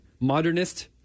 Modernist